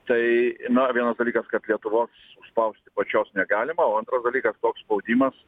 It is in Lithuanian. tai na vienas dalykas kad lietuvos užspausti pačios negalima o antras dalykas toks spaudimas